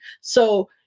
So-